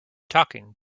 talking